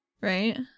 Right